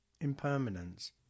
Impermanence